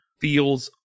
feels